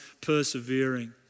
persevering